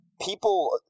people